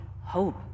hope